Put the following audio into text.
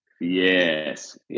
Yes